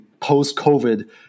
post-COVID